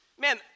man